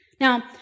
Now